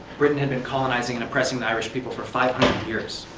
britain had been colonizing and oppressing the irish people for five hundred years.